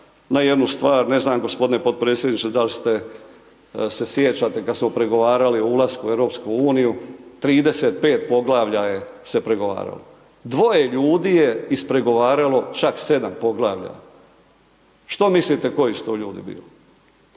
na jednu stvar, ne znam g. potpredsjedniče dal' se sjećate kad smo pregovarali o ulasku u EU, 35 poglavlja se pregovaralo. Dvoje ljudi je ispregovaralo čak 7 poglavlja. Što mislite koji su to ljudi bili?